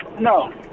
No